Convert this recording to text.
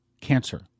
cancer